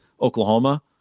Oklahoma